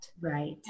Right